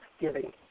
giving